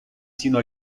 sino